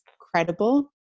credible